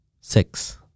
Six